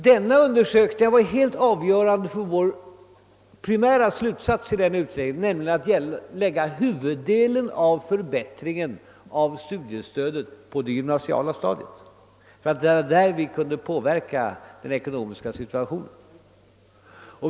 Denna undersöknings resultat var helt avgörande för vår primära slutsats i utredningen, nämligen att vi skulle lägga huvuddelen av det förbättrade studiestödet på det gymnasiala stadiet, eftersom det var där som vi starkast kunde påverka den ekonomiska situationen.